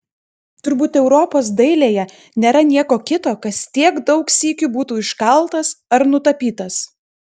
turbūt europos dailėje nėra nieko kito kas tiek daug sykių būtų iškaltas ar nutapytas